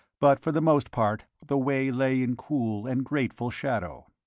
but for the most part the way lay in cool and grateful shadow.